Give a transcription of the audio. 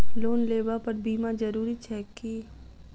Loan लेबऽ पर बीमा जरूरी छैक की?